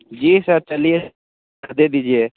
जी sir चलिए sir दे दीजिए